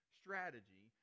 strategy